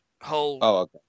whole